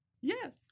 yes